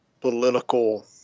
political